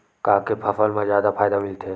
का के फसल मा जादा फ़ायदा मिलथे?